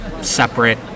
separate